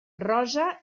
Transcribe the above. rosa